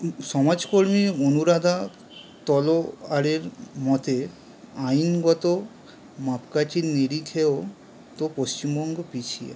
সমাজকর্মী অনুরাধা তলোয়ারের মতে আইনগত মাপকাঠির নিরিখেও তো পশ্চিমবঙ্গ পিছিয়ে